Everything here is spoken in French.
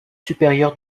supérieurs